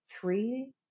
three